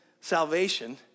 salvation